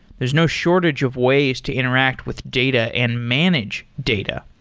there's no shortage of ways to interact with data and manage data.